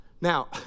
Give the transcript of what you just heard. Now